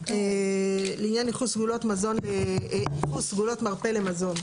לעניין ייחוס סגולות מרפא למזון.